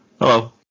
Hello